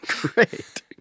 Great